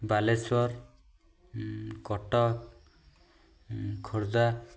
Balasore Cuttack Khordha